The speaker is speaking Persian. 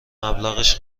مبلغش